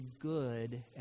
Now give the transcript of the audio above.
good